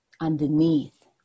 underneath